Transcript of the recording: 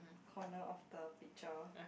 corner of the picture